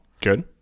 Good